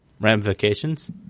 ramifications